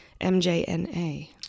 MJNA